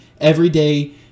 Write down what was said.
everyday